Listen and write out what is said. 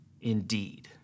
indeed